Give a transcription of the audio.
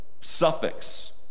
suffix